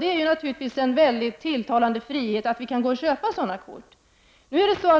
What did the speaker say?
Det är naturligtvis en tilltalande frihet att man kan köpa sådana kort.